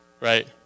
right